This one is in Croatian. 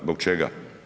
Zbog čega?